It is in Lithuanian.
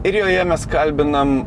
ir joje mes kalbinam